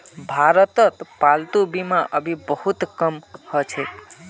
भारतत पालतू बीमा अभी बहुत कम ह छेक